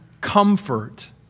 comfort